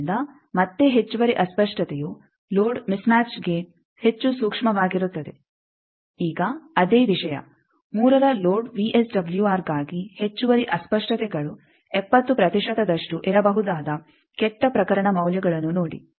ಆದ್ದರಿಂದ ಮತ್ತೆ ಹೆಚ್ಚುವರಿ ಅಸ್ಪಷ್ಟತೆಯು ಲೋಡ್ ಮಿಸ್ ಮ್ಯಾಚ್ಗೆ ಹೆಚ್ಚು ಸೂಕ್ಷ್ಮವಾಗಿರುತ್ತದೆ ಈಗ ಅದೇ ವಿಷಯ 3ರ ಲೋಡ್ ವಿಎಸ್ಡಬ್ಲ್ಯೂಆರ್ ಗಾಗಿ ಹೆಚ್ಚುವರಿ ಅಸ್ಪಷ್ಟತೆಗಳು 70 ಪ್ರತಿಶತದಷ್ಟು ಇರಬಹುದಾದ ಕೆಟ್ಟ ಪ್ರಕರಣ ಮೌಲ್ಯಗಳನ್ನು ನೋಡಿ